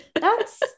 thats